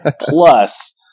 plus